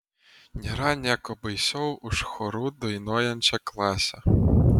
nėra nieko baisiau už choru dainuojančią klasę